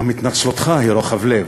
גם התנצלותך היא רוחב לב.